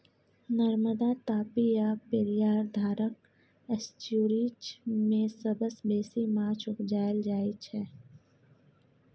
नर्मदा, तापी आ पेरियार धारक एस्च्युरीज मे सबसँ बेसी माछ उपजाएल जाइ छै